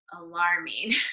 alarming